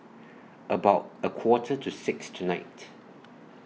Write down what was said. about A Quarter to six tonight